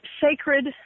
sacred